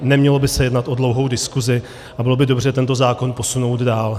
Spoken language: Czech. Nemělo by se jednat o dlouhou diskusi a bylo by dobře tento zákon posunout dál.